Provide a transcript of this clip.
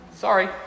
Sorry